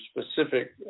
specific